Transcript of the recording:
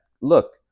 Look